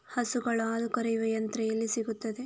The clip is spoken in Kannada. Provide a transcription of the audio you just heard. ಹಸುಗಳ ಹಾಲು ಕರೆಯುವ ಯಂತ್ರ ಎಲ್ಲಿ ಸಿಗುತ್ತದೆ?